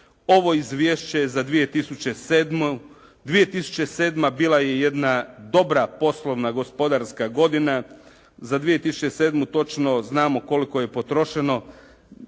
Ovo izvješće za 2007., 2007. bila je jedna dobra poslovna, gospodarska godina. Za 2007. točno znamo koliko je potrošeno.